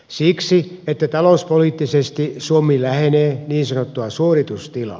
siksi että talouspoliittisesti suomi lähenee niin sanottua suoritustilaa